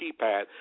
keypad